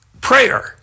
Prayer